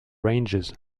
ranges